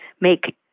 make